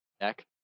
deck